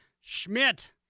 Schmidt